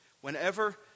Whenever